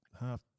half